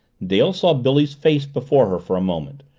dale saw billy's face before her for a moment,